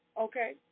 Okay